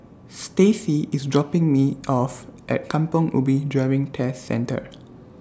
Staci IS dropping Me off At Kampong Ubi Driving Test Centre